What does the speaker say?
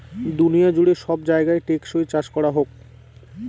দুনিয়া জুড়ে সব জায়গায় টেকসই চাষ করা হোক